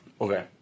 okay